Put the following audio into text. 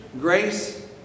grace